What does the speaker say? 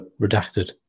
redacted